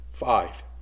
Five